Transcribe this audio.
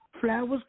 Flowers